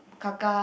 Kaka